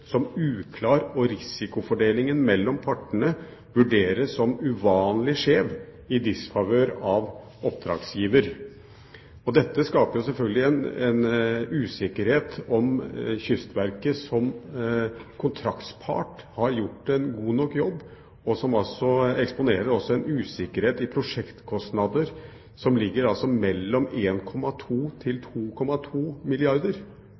som uklar og risikofordelingen mellom partene vurderes som uvanlig skjev i disfavør av oppdragsgiver.» Dette skaper selvfølgelig en usikkerhet om Kystverket som kontraktspart har gjort en god nok jobb, og det eksponerer også en usikkerhet om prosjektkostnadene, som altså ligger mellom 1,2 milliarder kr og 2,2 milliarder